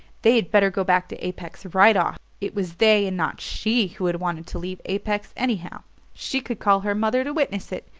they had better go back to apex right off it was they and not she who had wanted to leave apex, anyhow she could call her mother to witness it.